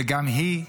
וגם היא,